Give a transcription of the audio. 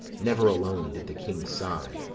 never alone did the king sigh,